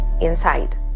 inside